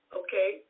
okay